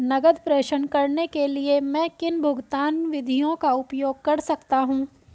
नकद प्रेषण करने के लिए मैं किन भुगतान विधियों का उपयोग कर सकता हूँ?